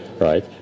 Right